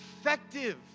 effective